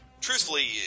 truthfully